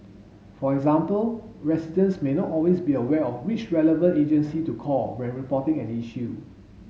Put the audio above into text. for example residents may not always be aware of which relevant agency to call when reporting an issue